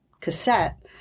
cassette